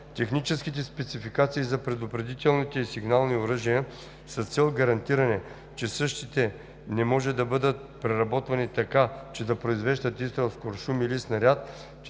Техническите спецификации за предупредителните и сигналните оръжия, с цел гарантиране, че същите не може да бъдат преработвани така, че да произвеждат изстрел с куршум или снаряд